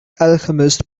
alchemist